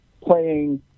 playing